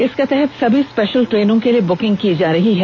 इसके तहत सभी स्पेषल ट्रेनों के लिए बुकिंग की जा सकेगी